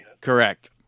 Correct